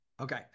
Okay